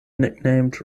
nicknamed